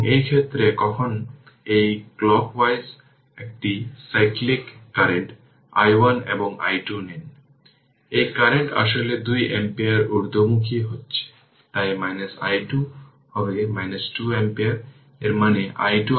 এই কারণেই এটি 4 V এবং কারেন্ট i 1 এখানে প্রবাহিত হচ্ছে এবং এই 5 Ω এবং 2 Ω এই কারেন্ট প্যারালেল এ রয়েছে